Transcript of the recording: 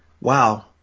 wow